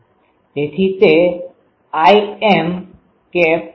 તેથી તે Im છે